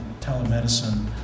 telemedicine